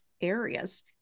areas